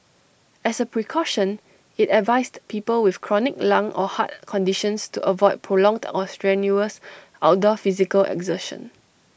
as A precaution IT advised people with chronic lung or heart conditions to avoid prolonged or strenuous outdoor physical exertion